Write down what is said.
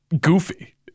goofy